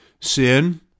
sin